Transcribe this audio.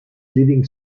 leading